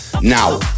Now